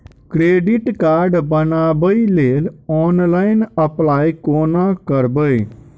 Credit card बनाबै लेल online apply कोना करबै?